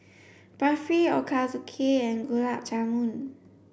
Barfi Ochazuke and Gulab Jamun